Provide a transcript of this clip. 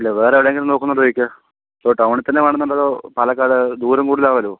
ഇല്ല വേറെ എവിടെയെങ്കിലും നോക്കുന്നുണ്ടോ ചോദിക്യ ഇപ്പോൾ ടൗണിൽത്തന്നെ വേണമെന്നുണ്ടോ അതോ പാലക്കാട് ദൂരം കൂടുതലാകുമല്ലോ